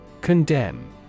Condemn